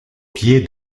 pied